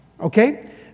okay